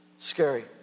scary